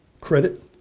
credit